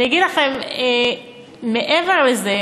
אני אגיד לכם מעבר לזה.